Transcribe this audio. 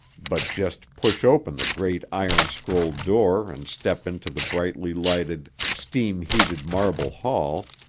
but just push open the great iron-scrolled door and step into the brightly lighted, steam-heated marble hall,